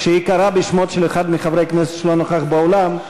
כשהיא קראה בשמו של אחד מחברי הכנסת שלא נכח באולם,